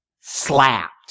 slapped